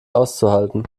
auszuhalten